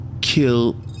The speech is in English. kill